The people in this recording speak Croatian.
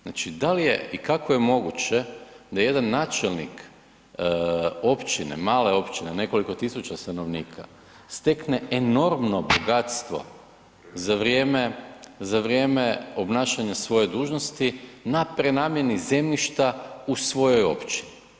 Znači da li je i kako je moguće da jedan načelnik općine, male općine, nekoliko tisuća stanovnika stekne enormno bogatstvo za vrijeme obnašanja svoje dužnosti na prenamijeni zemljišta u svojoj općini.